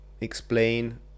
explain